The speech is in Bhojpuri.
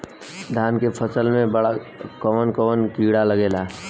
धान के फसल मे कवन कवन कीड़ा लागेला?